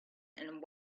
and